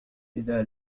إذا